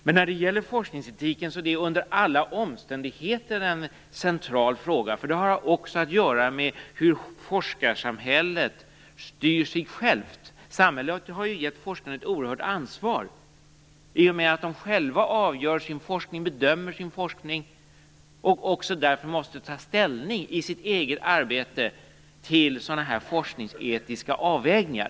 Men forskningsetiken är under alla omständigheter en central fråga, för den har också att göra med hur forskarsamhället styr sig självt. Samhället har gett forskarna ett oerhört ansvar i och med att de själva bedömer sin forskning och också därför måste ta ställning i sitt eget arbete till sådana här forskningsetiska avvägningar.